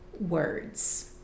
words